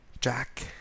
Jack